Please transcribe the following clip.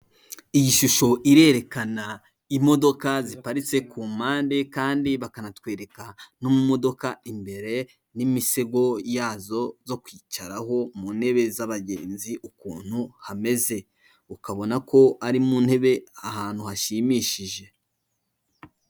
Iyi shusho irerekana imodoka ziparitse ku mpande kandi bakanatwereka no mu modoka imbere n'imisego yazo zo kwicaraho mu ntebe z'abagenzi ukuntu hameze, ukabona ko ari mu ntebe ahantu hashimishije.